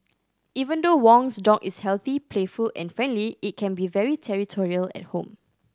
even though Wong's dog is healthy playful and friendly it can be very territorial at home